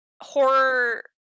horror